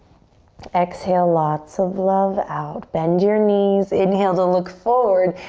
exhale lots of love out. bend your knees. inhale to look forward.